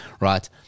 right